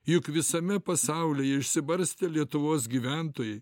juk visame pasaulyje išsibarstę lietuvos gyventojai